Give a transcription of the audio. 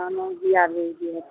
धानोके बीआ भेज दिहथिन